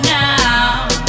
now